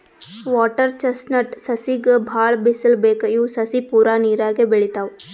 water chestnut ಸಸಿಗ್ ಭಾಳ್ ಬಿಸಲ್ ಬೇಕ್ ಇವ್ ಸಸಿ ಪೂರಾ ನೀರಾಗೆ ಬೆಳಿತಾವ್